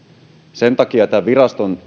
sen takia tämän viraston